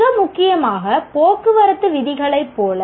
மிக முக்கியமாக போக்குவரத்து விதிகளைப் போல